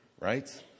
Right